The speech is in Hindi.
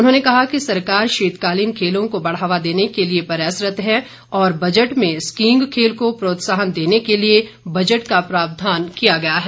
उन्होंने कहा कि सरकार शीतकालीन खेलों को बढ़ावा देने के लिए प्रयासरत है और बजट में स्कीइंग खेल को प्रोत्साहन देने के लिए बजट का प्रावधान किया गया है